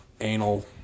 anal